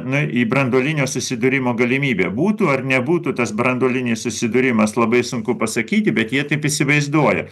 na į branduolinio susidūrimo galimybę būtų ar nebūtų tas branduolinis susidūrimas labai sunku pasakyti bet jie taip įsivaizduoja